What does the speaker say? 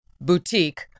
boutique